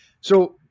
So-